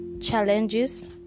challenges